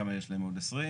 כמה יש להם עוד 20,